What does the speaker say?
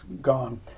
gone